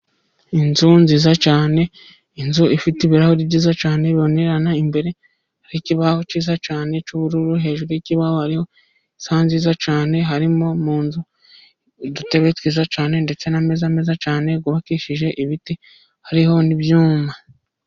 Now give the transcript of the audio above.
Inzu nziza cyane, inzu ifite ibirahuri byiza cyane bibonerana, imbere harikibaho cyiza cyane cy'ubururu, hejuru y'ikibaho hari isaha nziza cyane, harimo mu nzu udutebe twiza cyane ndetse n'ameza meza cyane tubakishije ibiti hariho n'ibyuma.